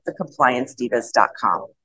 thecompliancedivas.com